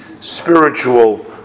spiritual